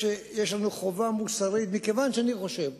שייכתב בפרוטוקול שאני מסכים אתך.